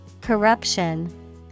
Corruption